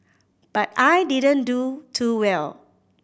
but I didn't do too well